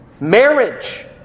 Marriage